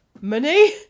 money